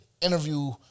interview